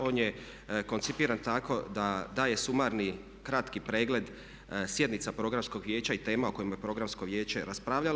On je koncipiran tako da daje sumarni kratki pregled sjednica Programskog vijeća i tema o kojima je Programsko vijeće raspravljalo.